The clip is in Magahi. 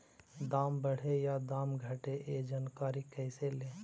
दाम बढ़े या दाम घटे ए जानकारी कैसे ले?